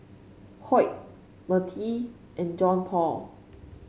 Hoyt Mertie and Johnpaul